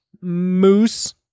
moose